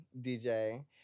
DJ